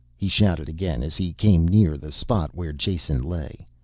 he shouted again as he came near the spot where jason lay.